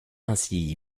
ainsi